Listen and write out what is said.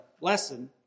lesson